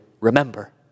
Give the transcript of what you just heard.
remember